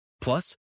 Plus